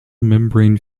membrane